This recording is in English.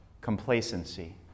complacency